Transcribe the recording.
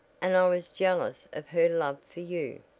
and i was jealous of her love for you.